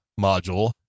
module